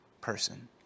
person